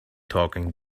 talking